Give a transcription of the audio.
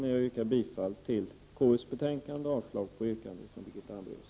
Jag yrkar bifall till konstitutionsutskottets hemställan och avslag på yrkandet från Birgitta Hambraeus.